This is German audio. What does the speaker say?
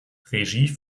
regie